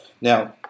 Now